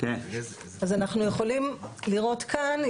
אז אנחנו יכולים לראות כאן,